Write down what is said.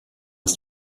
ist